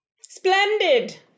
Splendid